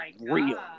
Real